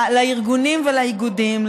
לארגונים ולאיגודים,